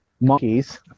monkeys